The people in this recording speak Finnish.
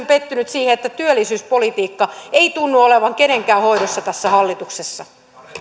pettynyt siihen että työllisyyspolitiikka ei tunnu olevan kenenkään hoidossa tässä hallituksessa